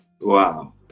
wow